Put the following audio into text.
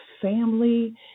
family